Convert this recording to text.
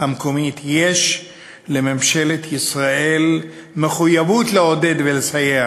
המקומית יש לממשלת ישראל מחויבות לעודד ולסייע